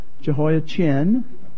Jehoiachin